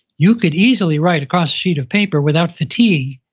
you could easily write across a sheet of paper without fatigue,